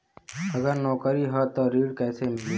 अगर नौकरी ह त ऋण कैसे मिली?